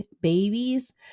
babies